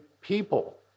people